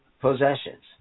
possessions